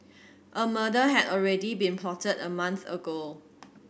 a murder had already been plotted a month ago